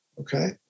okay